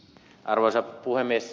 arvoisa puhemies